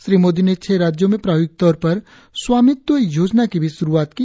श्री मोदी ने छह राज् में प्रायोगिक तौर पर स्वामित्व योजना की भी श्रूआत की